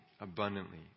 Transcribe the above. abundantly